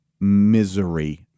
misery